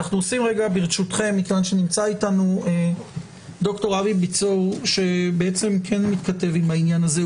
מכיוון שנמצא איתנו ד"ר אבי ביצור שבעצם כן מתכתב עם העניין הזה,